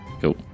Cool